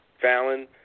Fallon